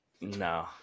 No